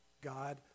God